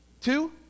Two